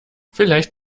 vielleicht